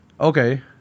Okay